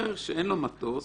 שאין לו מטוס,